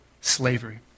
slavery